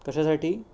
कशासाठी